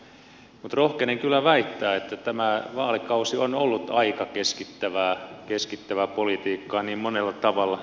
mutta rohkenen kyllä väittää että tämä vaalikausi on ollut aika keskittävää politiikkaa monella tavalla